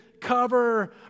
cover